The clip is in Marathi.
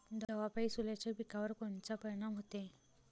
दवापायी सोल्याच्या पिकावर कोनचा परिनाम व्हते?